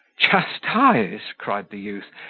chastise! cried the youth,